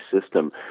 system